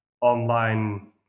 online